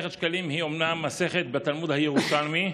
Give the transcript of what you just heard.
אומנם מסכת שקלים היא מסכת בתלמוד הירושלמי,